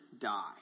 die